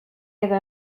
edo